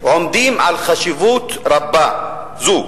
עומדים על חשיבות רבה זו.